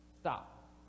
stop